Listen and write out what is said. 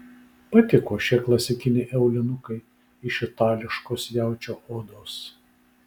patiko šie klasikiniai aulinukai iš itališkos jaučio odos